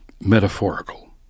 metaphorical